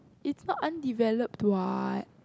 it's not undeveloped what